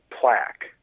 plaque